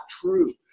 true